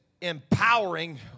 empowering